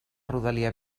rodalia